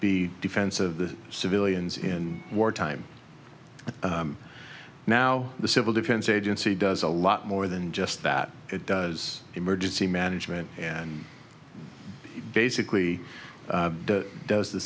the defense of the civilians in war time now the civil defense agency does a lot more than just that it does emergency management and basically does the